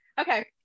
Okay